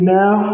now